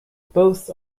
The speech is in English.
both